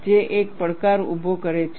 જે એક પડકાર ઉભો કરે છે